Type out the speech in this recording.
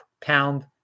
pound